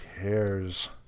cares